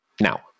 Now